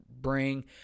bring –